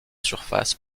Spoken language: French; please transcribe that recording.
surface